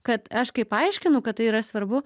kad aš kaip aiškinu kad tai yra svarbu